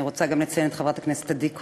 אני רוצה לציין גם את חברת הכנסת עדי קול,